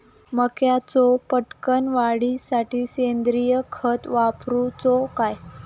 मक्याचो पटकन वाढीसाठी सेंद्रिय खत वापरूचो काय?